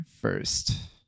first